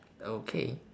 okay